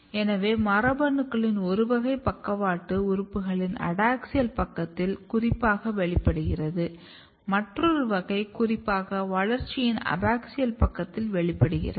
எனவே மரபணுக்களின் ஒரு வகை பக்கவாட்டு உறுப்புகளின் அடாக்ஸியல் பக்கத்தில் குறிப்பாக வெளிப்படுகிறது மற்றொரு வகை குறிப்பாக வளர்ச்சியின் அபாக்சியல் பக்கத்தில் வெளிப்படுகிறது